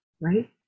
Right